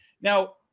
Now